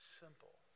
simple